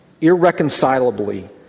irreconcilably